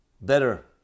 better